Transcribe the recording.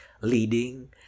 leading